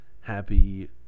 happy